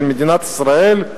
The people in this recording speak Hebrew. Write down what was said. של מדינת ישראל,